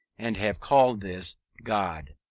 and have called this god,